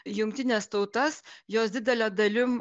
jungtines tautas jos didele dalim